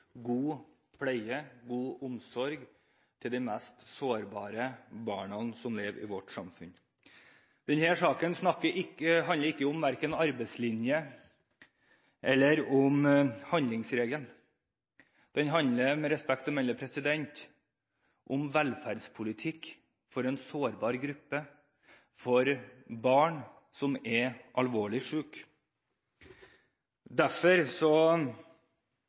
god pleie og god omsorg til de mest sårbare barna som lever i vårt samfunn. Denne saken handler verken om arbeidslinjen eller handlingsregelen. Den handler – med respekt å melde – om velferdspolitikk for en sårbar gruppe; barn som er alvorlig syke. Derfor